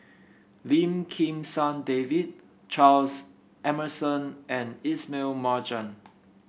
Lim Kim San David Charles Emmerson and Ismail Marjan